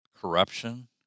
corruption